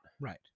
Right